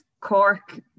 Cork